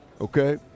okay